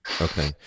Okay